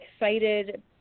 excited